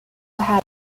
had